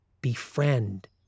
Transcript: befriend